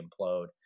implode